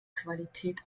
qualität